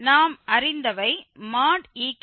நாம் அறிந்தவை ek|Ik|2